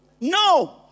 No